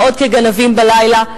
לא עוד כגנבים בלילה.